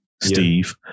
Steve